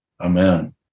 Amen